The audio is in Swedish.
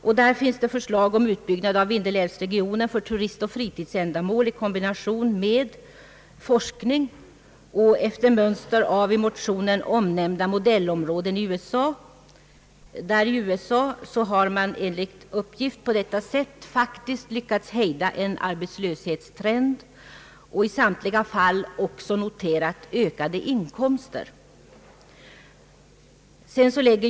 Vidare föreslås utbyggnad av vindelälvsregionen för turism och fritidsändamål i kombination med forskning, efter mönster av modellområden i USA, där man enligt uppgift på det sättet faktiskt lyckats avbryta en arbetslöshetstrend och i samtliga fall också noterat ökade inkomster.